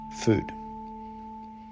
food